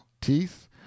teeth